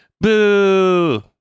Boo